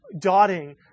dotting